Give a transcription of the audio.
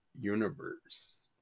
universe